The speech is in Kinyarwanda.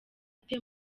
ate